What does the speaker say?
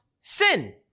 sin